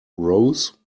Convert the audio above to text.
rose